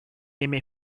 aimait